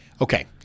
Okay